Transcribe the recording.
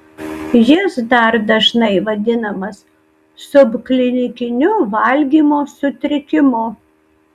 jis dar dažnai vadinamas subklinikiniu valgymo sutrikimu